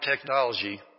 technology